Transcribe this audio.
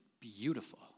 beautiful